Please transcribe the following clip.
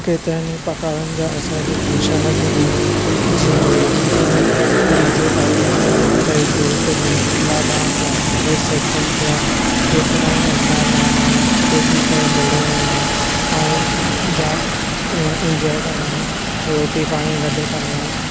केतिरिनि प्रकारनि जा असांजे हिते फंक्शन थींदा आहिनि जीअं वेडी थी डी जे पार्टी थी माता ई जोति थी लाॾा थिया रिसेप्शन थिया केतिरा असां महिमान गॾु थी करे मिलंदा आहियूं ऐं जाम इंजोय कंदा आहियूं रोटी पाणीअ गॾु कंदा आहियूं